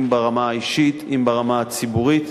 אם ברמה האישית, אם ברמה הציבורית,